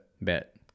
Bet